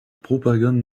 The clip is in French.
propagande